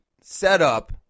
setup